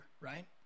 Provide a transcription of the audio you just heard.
right